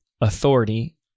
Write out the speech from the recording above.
authority